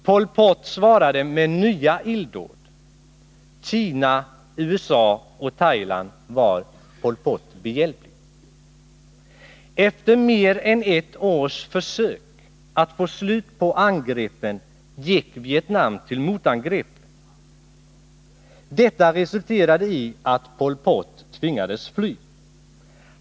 Pol Pot svarade med nya illdåd. Kina, USA och Thailand var Pol Pot behjälpliga. Efter mer än ett års försök att få slut på angreppen gick Vietnam till motangrepp. Detta resulterade i att Pol Pot tvingades fly.